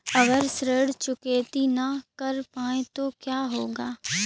अगर ऋण चुकौती न कर पाए तो क्या होगा?